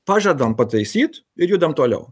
pažadam pataisyt ir judam toliau